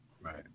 Right